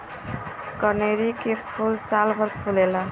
कनेरी के फूल सालभर फुलेला